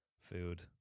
food